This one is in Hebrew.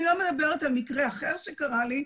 אני לא מדברת על מקרה אחר שקרה לי,